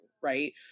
Right